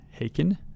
Haken